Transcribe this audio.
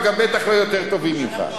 אבל גם בטח לא יותר טובים ממך.